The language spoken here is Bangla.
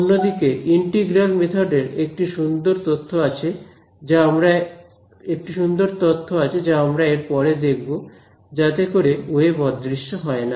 অন্যদিকে ইন্টিগ্রাল মেথডের একটি সুন্দর তথ্য আছে যা আমরা এর পরে দেখব যাতে করে ওয়েভ অদৃশ্য হয় না